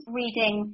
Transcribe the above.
reading